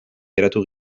geratu